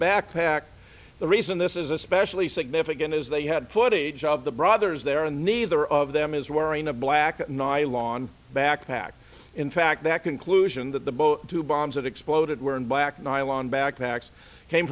backpack the reason this is especially significant is they had footage of the brothers there and neither of them is wearing a black nylon backpack in fact that conclusion that the boat two bombs that exploded were in black nylon backpacks came